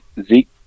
Zeke